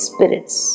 Spirits